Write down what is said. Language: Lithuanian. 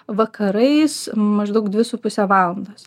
vakarais maždaug dvi su puse valandos